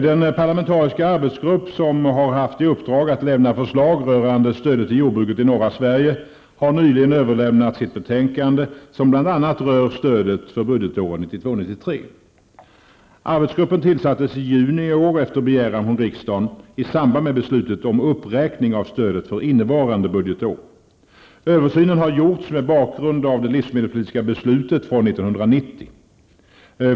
Den parlamentariska arbetsgrupp som har haft i uppdrag att lämna förslag rörande stödet till jordbruket i norra Sverige har nyligen överlämnat sitt betänkande, som bl.a. rör stödet för budgetåret Arbetsgruppen tillsattes i juni i år efter begäran från riksdagen i samband med beslutet om uppräkning av stödet för innevarande budgetår. Översynen har gjorts mot bakgrund av det livsmedelspolitiska beslutet från år 1990.